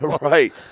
right